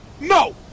No